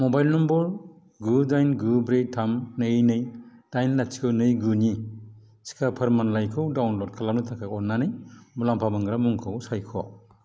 mobile number गु दाइन गु ब्रै थाम नै नै दाइन लाथिख' नै गु नि टिका फोरमानलाइखौ डाउनल'ड खालामनो थाखाय अन्नानै मुलाम्फा मोनग्रा मुंखौ सायख'